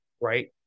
right